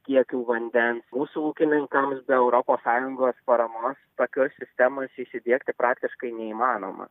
kiekių vandens mūsų ūkininkams be europos sąjungos paramos tokios sistemos įsidiegti praktiškai neįmanoma